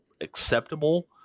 acceptable